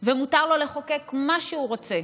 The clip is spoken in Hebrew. ומותר לו לחוקק מה שהוא רוצה,